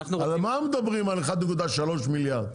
על מה מדברים על 1.3 מיליארד?